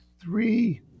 three